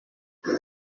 nous